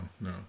no